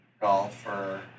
golfer